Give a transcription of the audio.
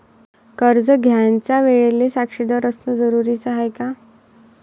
कर्ज घ्यायच्या वेळेले साक्षीदार असनं जरुरीच हाय का?